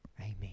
Amen